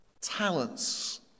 talents